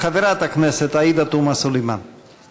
חברת הכנסת עאידה תומא סלימאן.